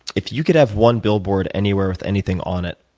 if you could have one billboard anywhere with anything on it,